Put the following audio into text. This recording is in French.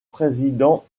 président